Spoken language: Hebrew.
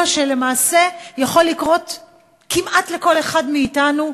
שלמעשה יכול לקרות כמעט לכל אחד מאתנו,